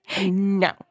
no